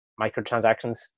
microtransactions